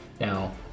Now